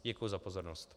Děkuji za pozornost.